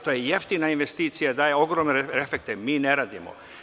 To je jeftina investicija i daje ogromne efekte, a mi to ne radimo.